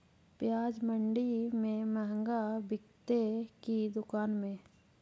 प्याज मंडि में मँहगा बिकते कि दुकान में?